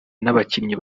n’abakinnyi